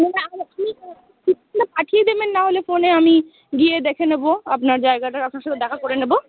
না পাঠিয়ে দেবেন নাহলে ফোনে আমি গিয়ে দেখে নেবো আপনার জায়গাটা আপনার সাথে দেখা করে নেবো